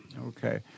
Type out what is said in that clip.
Okay